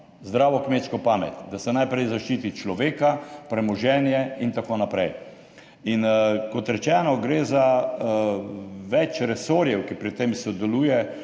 zdravo kmečko pamet, da se najprej zaščiti človeka, premoženje in tako naprej. Kot rečeno, gre za več resorjev, ki pri tem sodelujejo,